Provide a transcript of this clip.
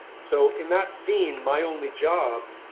so in that scene, my only job,